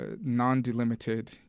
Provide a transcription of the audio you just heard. non-delimited